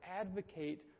advocate